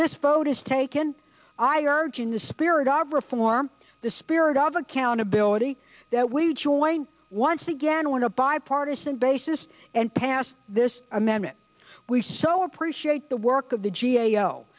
this vote is taken i urge in the spirit of reform the spirit of accountability that we joined once again when a bipartisan basis and passed this amendment we so appreciate the work of the g a